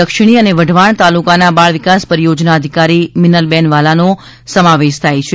દક્ષિણી અને વઢવાણ તાલુકાનાના બાળવિકાસ પરિયોજના અધિકારી મિનલબેન વાલાનો સમાવેશ થાય છે